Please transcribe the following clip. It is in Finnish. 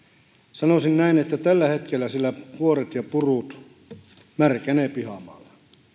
sanoisin näin että tällä hetkellä siellä kuoret ja purut märkänevät pihamaalla